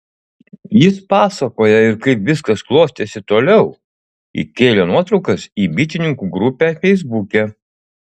jis pasakoja ir kaip viskas klostėsi toliau įkėlė nuotraukas į bitininkų grupę feisbuke